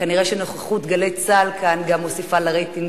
כנראה שנוכחות "גלי צה"ל" כאן גם מוסיפה לרייטינג